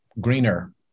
greener